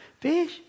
fish